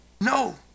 No